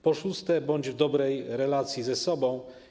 Po szóste, bądź w dobrej relacji ze sobą.